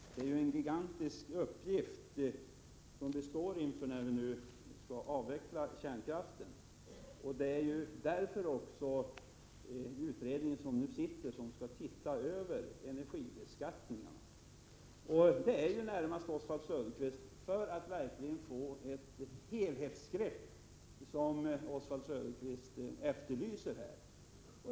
Fru talman! Det är en gigantisk uppgift som vi står inför när vi nu skall avveckla kärnkraften. En utredning som skall se över energibeskattningen har tillsatts för att man skall få ett helhetsgrepp, vilket Oswald Söderqvist efterlyser.